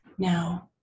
Now